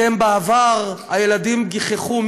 בעבר הילדים גיחכו,